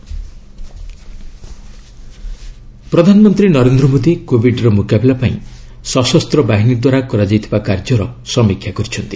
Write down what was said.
PM CDS ପ୍ରଧାନମନ୍ତ୍ରୀ ନରେନ୍ଦ୍ର ମୋଦୀ କୋବିଡ୍ର ମୁକାବିଲା ପାଇଁ ସଶସ୍ତ ବାହିନୀ ଦ୍ୱାରା କରାଯାଇଥିବା କାର୍ଯ୍ୟର ସମୀକ୍ଷା କରିଛନ୍ତି